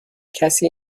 کسی